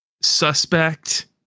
suspect